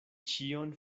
ĉion